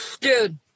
dude